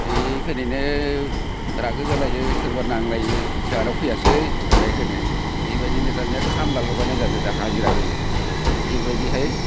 ऐ फैनायनो रागा जालायो सोरबा नांलायो जोंहानाव फैयासै ओरै होनो बेबायदिनो दानिया खामला लगायनाय जादों दा हाजिरा होयो बेबायदिहाय